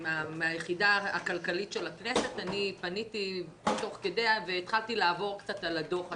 היחידה הכלכלית של הכנסת בדקתי והתחלתי לעבור קצת על הדוח עצמו.